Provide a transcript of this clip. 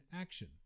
action